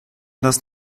das